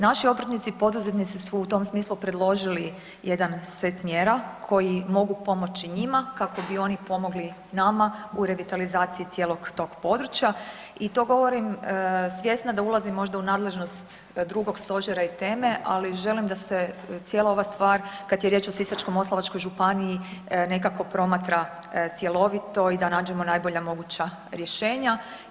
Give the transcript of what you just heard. Naši obrtnici i poduzetnici su u tom smislu predložili jedan set mjera koji mogu pomoći njima kako bi oni pomogli nama u revitalizaciji cijelog tog područja i to govorim svjesna da ulazim možda u nadležnost drugog stožera i teme, ali želim da se cijela ova stvar kada je riječ o Sisačko-moslavačkoj županiji nekako promatra cjelovito i da nađemo najbolja moguća rješenja.